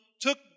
took